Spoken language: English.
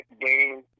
game